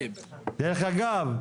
דרך אגב,